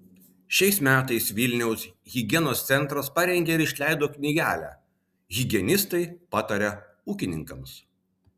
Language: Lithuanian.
šiais metais vilniaus higienos centras parengė ir išleido knygelę higienistai pataria ūkininkams